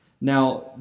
Now